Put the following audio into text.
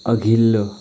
अघिल्लो